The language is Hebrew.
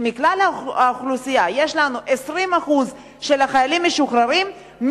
שמכלל האוכלוסייה יש לנו 20% חיילים משוחררים,